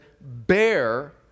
bear